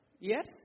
Yes